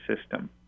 system